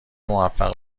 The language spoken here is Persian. موفق